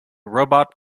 robot